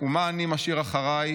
/ ומה אני אשאיר אחריי,